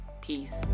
Peace